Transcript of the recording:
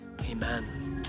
Amen